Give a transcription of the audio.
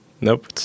Nope